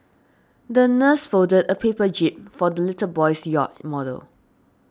the nurse folded a paper jib for the little boy's yacht model